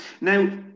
Now